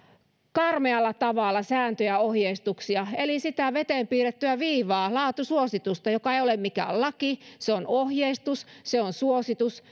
karmealla tavalla sääntöjä ja ohjeistuksia eli sitä veteen piirrettyä viivaa laatusuositusta joka ei ole mikään laki se on ohjeistus se on suositus